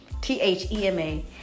T-H-E-M-A